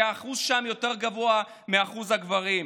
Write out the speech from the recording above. כי האחוז שלהן יותר גבוה מאחוז הגברים.